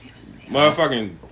Motherfucking